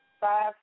five